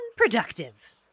Unproductive